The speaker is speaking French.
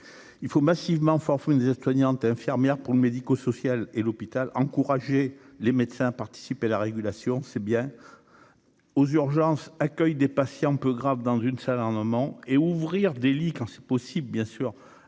il faut massivement des aides soignantes, infirmières pour le médico-social et l'hôpital, encourager les médecins participent la régulation, c'est bien aux urgences accueillent des patients peu grave dans une salle à un moment et ouvrir des lits, quand c'est possible, bien sûr,